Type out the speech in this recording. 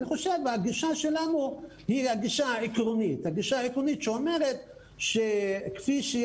הגישה שלנו היא הגישה העקרונית שאומרת שכמו